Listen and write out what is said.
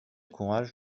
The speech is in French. courage